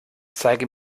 zeige